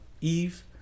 Eve